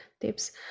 tips